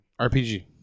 RPG